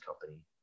company